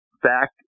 back